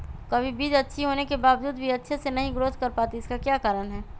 कभी बीज अच्छी होने के बावजूद भी अच्छे से नहीं ग्रोथ कर पाती इसका क्या कारण है?